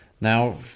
Now